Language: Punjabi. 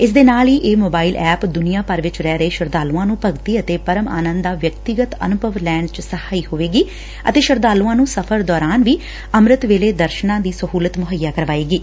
ਇਸ ਦੇ ਨਾਲ ਇਹ ਮੋਬਾਇਲ ਐਪ ਦੁਨੀਆਂ ਭਰ ਵਿਚ ਰਹਿ ਰਹੇ ਸ਼ਰਧਾਲੁਆਂ ਨੂੰ ਭਗਤੀ ਅਤੇ ਪਰਮ ਆਨੰਦ ਦਾ ਵਿਅਕਤੀਗਤ ਅਨੁਭਵ ਲੈਣ ਚ ਸਹਾਈ ਹੋਵੇਗੀ ਅਤੇ ਸ਼ਰਧਾਲੂਆਂ ਨੂੰ ਸਫ਼ਰ ਦੌਰਾਨ ਵੀ ਅਮ੍ਮਿਤ ਵੇਲੇ ਦਰਸ਼ਨਾਂ ਦੀ ਸਹੁਲਤ ਮੁਹੱਈਆ ਕਰਾਏਗੀ